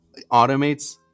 automates